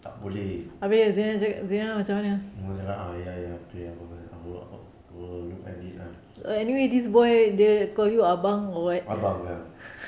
tak boleh zina cakap ah ya ya okay I will look at it lah abang ya